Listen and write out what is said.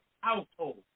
household